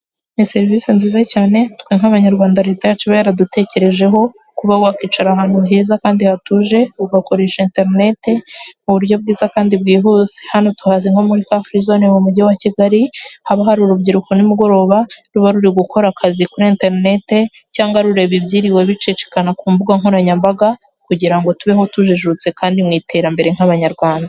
Ni serivisi nziza cyane twe nk'abanyarwanda leta yacu iba yaradutekerejeho kuba wakicara ahantu heza kandi hatuje ugakoresha internete mu buryo bwiza kandi bwihuse, hano tuhazi nko muri ka furi zone mu mujyi wa kigali, haba hari urubyiruko nimugoroba ruba ruri gukora akazi kuri internete, cyangwa rureba ibyiriwe bicicikana ku mbuga nkoranyambaga kugira ngo tubeho tujijutse kandi mu iterambere nk'abanyarwanda.